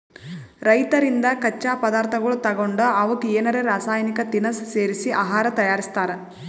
ರೈತರಿಂದ್ ಕಚ್ಚಾ ಪದಾರ್ಥಗೊಳ್ ತಗೊಂಡ್ ಅವಕ್ಕ್ ಏನರೆ ರಾಸಾಯನಿಕ್ ತಿನಸ್ ಸೇರಿಸಿ ಆಹಾರ್ ತಯಾರಿಸ್ತಾರ್